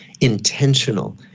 intentional